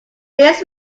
this